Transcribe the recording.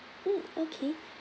mm okay